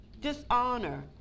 Dishonor